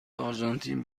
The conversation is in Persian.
آرژانتین